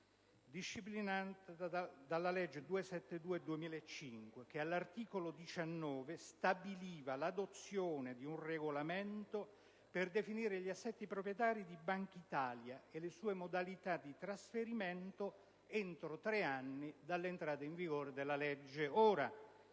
dicembre 2005, n. 262, che all'articolo 19 stabiliva l'adozione di un regolamento per definire gli assetti proprietari di Bankitalia e le sue modalità di trasferimento entro tre anni dall'entrata in vigore della legge.